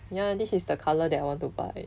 ya this is the colour that I want to buy